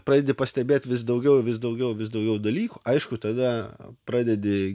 pradedi pastebėt vis daugiau vis daugiau vis daugiau dalykų aišku tada pradedi